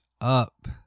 up